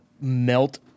melt